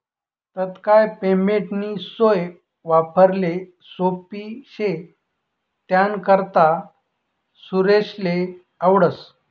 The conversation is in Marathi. तात्काय पेमेंटनी सोय वापराले सोप्पी शे त्यानाकरता सुरेशले आवडस